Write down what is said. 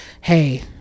hey